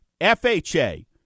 FHA